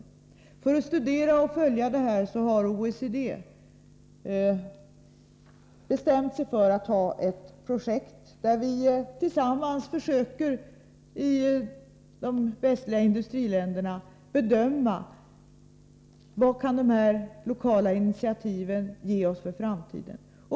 I syfte att studera och att följa upp vad som pågår i detta sammanhang har OECD bestämt sig för att starta ett projekt. Representanter för industriländerna i väst skall tillsammans försöka göra en bedömning av vad de lokala initiativen kan ge för framtiden.